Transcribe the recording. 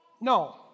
No